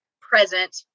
present